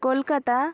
Kolkata